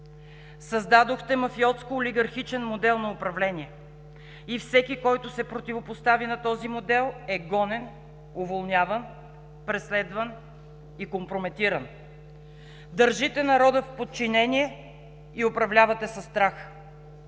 създадохте мафиотско-олигархичен модел на управление и всеки, който се противопостави на този модел, е гонен, уволняван, преследван и компрометиран. Държите народа в подчинение и управлявате със страх,